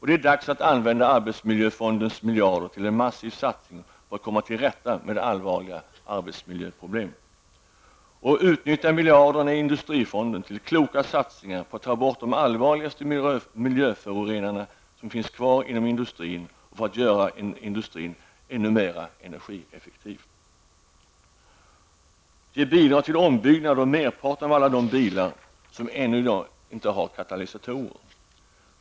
Det är dags att använda arbetsmiljöfondens miljarder till en massiv satsning på att komma till rätta med allvarliga arbetsmiljöproblem. Utnyttja miljarderna i industrifonden till kloka satsningar på att ta bort de allvarligaste miljöförorenarna som finns kvar inom industrin och för att göra industrin ännu mer energieffektiv. Ge bidrag till ombyggnad av merparten av alla de bilar som fortfarande inte har katalysatorer.